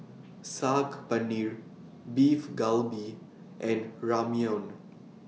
Saag Paneer Beef Galbi and Ramyeon